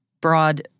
broad